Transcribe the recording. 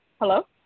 Hello